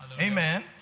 Amen